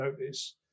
notice